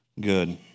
Good